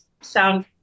sound